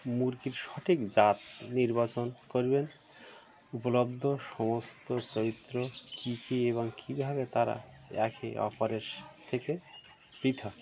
মুরগির সঠিক জাত নির্বাচন করবেন উপলব্ধ সমস্ত চরিত্র কী কী এবং কীভাবে তারা একে অপরের থেকে পৃথক